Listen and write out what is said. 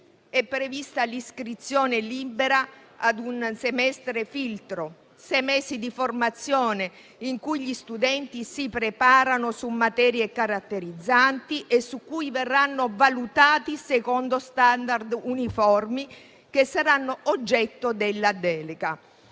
È prevista l'iscrizione libera a un semestre filtro: sei mesi di formazione in cui gli studenti si preparano su materie caratterizzanti e su cui verranno valutati secondo *standard* uniformi che saranno oggetto della delega.